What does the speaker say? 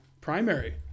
primary